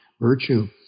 virtue